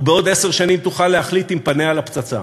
ובעוד עשר שנים תוכל להחליט אם פניה לפצצה.